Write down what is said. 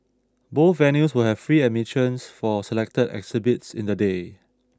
both venues will have free admissions for selected exhibits in the day